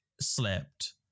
slept